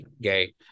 gay